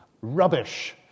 rubbish